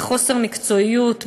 בחוסר מקצועיות,